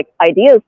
ideas